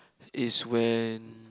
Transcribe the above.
is when